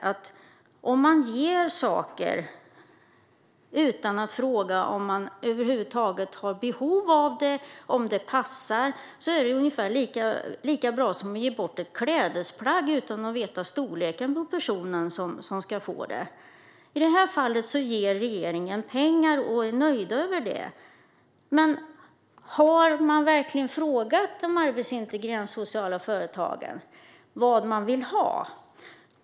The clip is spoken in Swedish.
Att ge saker utan att fråga om det över huvud taget finns behov av dem eller om de passar är ungefär lika bra som att ge bort ett klädesplagg utan att veta storleken på personen som ska få det. I det här fallet ger regeringen pengar och är nöjd med det, men har man verkligen frågat de arbetsintegrerande sociala företagen vad de vill ha?